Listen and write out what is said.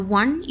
one